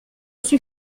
suis